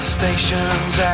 Stations